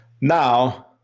Now